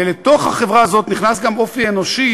ולתוך החברה הזאת נכנס גם אופי אנושי.